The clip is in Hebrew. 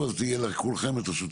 החוק.